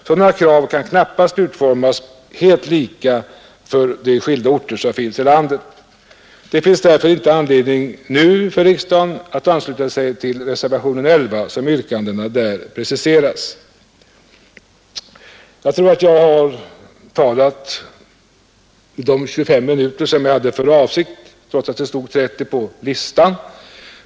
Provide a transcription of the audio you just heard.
Sådana krav kan knappast utformas helt lika för de skilda orter som finns i landet. Det finns därför inte anledning nu för riksdagen att ansluta sig till reservationen 11 sådana som yrkandena där preciseras. Jag tror att jag har talat i 25 minuter som jag hade för avsikt trots att det stod 30 på listan.